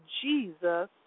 Jesus